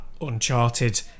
Uncharted